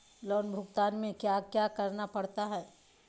loan भुगतान में क्या क्या करना पड़ता है